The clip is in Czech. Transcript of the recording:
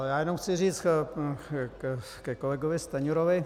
Já jenom chci říct ke kolegovi Stanjurovi.